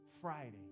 Friday